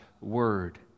word